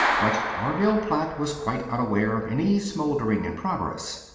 but orville platt was quite unaware of any smoldering in progress.